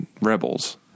Rebels